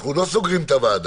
אנחנו לא סוגרים את הוועדה.